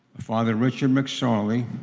father richard mcsorley